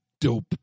dope